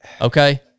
okay